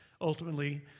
ultimately